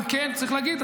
צריך להגיד,